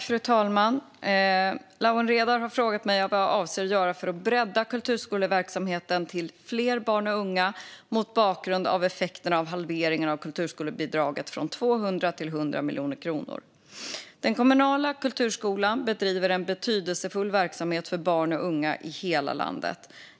Fru talman! Lawen Redar har frågat mig vad jag avser att göra för att bredda kulturskoleverksamheten till fler barn och unga, mot bakgrund av effekterna av halveringen av kulturskolebidraget från 200 till 100 miljoner kronor. Den kommunala kulturskolan bedriver en betydelsefull verksamhet för barn och unga i hela landet.